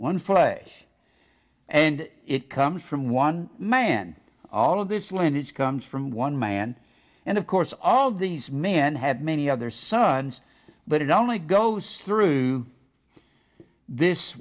one flesh and it comes from one man all of this land it comes from one man and of course all of these men have many other sons but it only goes through this